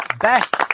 Best